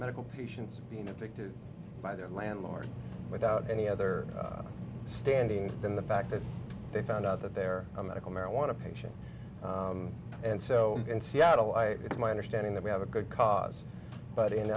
medical patients being afflicted by their landlord without any other standing than the fact that they found out that they're a medical marijuana patient and so in seattle i it's my understanding that we have a good cause but in